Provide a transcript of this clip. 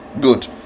Good